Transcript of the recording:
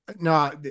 No